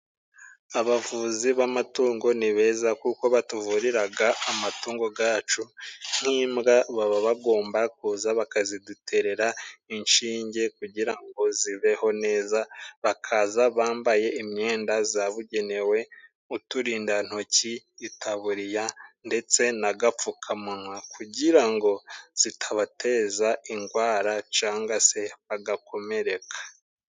Abavuzi b'amatungo ni beza kuko batuvuriraga amatungo gacu nk'imbwa baba bagomba kuza bakaziduterera inshinge， kugira ngo zibeho neza bakaza bambaye imyenda zabugenewe， uturindantoki，itaburiya ndetse n'agapfukamunwa， kugira ngo zitabateza indwara cangwa se bagakomereka.